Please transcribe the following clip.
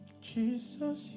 jesus